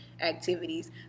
activities